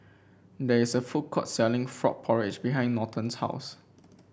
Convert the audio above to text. there is a food court selling Frog Porridge behind Norton's house